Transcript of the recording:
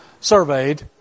surveyed